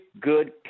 good